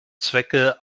zwecke